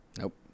Nope